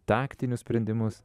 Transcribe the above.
taktinius sprendimus